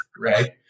right